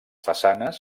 façanes